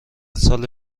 سال